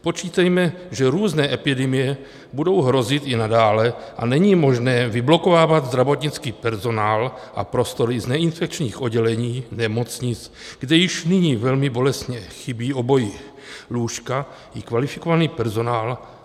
Počítejme, že různé epidemie budou hrozit i nadále, a není možné vyblokovávat zdravotnický personál a prostory z neinfekčních oddělení nemocnic, kde již nyní velmi bolestně chybí obojí, lůžka i kvalifikovaný personál lékařů a sester.